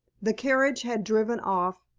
the carriage had driven off,